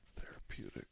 Therapeutic